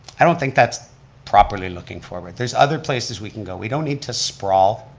i don't think that's properly looking forward, there's other places we can go, we don't need to sprawl,